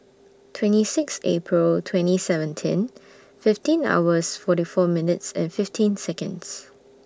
twenty six April twenty seventeen fifteen hours forty four minutes and fifteen Seconds